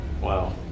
Wow